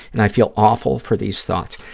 and i feel awful for these thoughts.